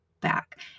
back